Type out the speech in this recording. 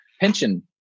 pension